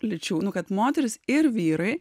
lyčių nu kad moterys ir vyrai